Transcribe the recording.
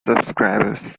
subscribers